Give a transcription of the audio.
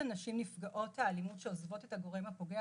הנשים נפגעות האלימות שעוזבות את הגורם הפוגע